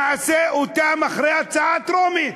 נעשה אותם אחרי הקריאה הטרומית.